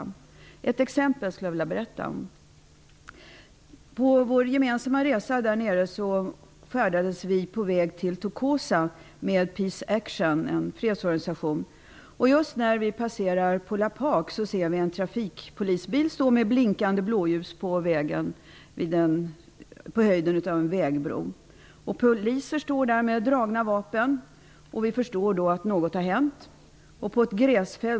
Ett exempel skulle jag vilja berätta om. På vår gemensamma resa där nere färdades vi på väg till Tokoza med Piece Action, en fredsorganisation. Just när vi passerar Phola Park ser vi en trafikpolisbil stå med blinkande blåljus på höjden av en vägbro. Poliser står där med dragna vapen, och vi förstår att något har hänt.